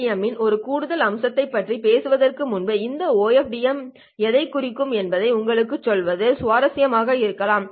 OFDM இன் ஒரு கூடுதல் அம்சத்தைப் பற்றி பேசுவதற்கு முன் இந்த OFDM எதைக் குறிக்கிறது என்பதை உங்களுக்குச் சொல்வது சுவாரஸ்யமாக இருக்கலாம்